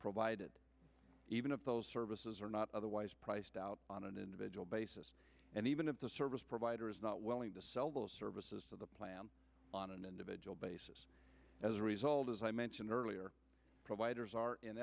provided even if those services are not otherwise priced out on an individual basis and even if the service provider is not willing to sell those services to the plan on an individual basis as a result as i mentioned earlier providers